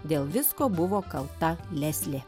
dėl visko buvo kalta leslė